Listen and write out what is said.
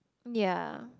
ya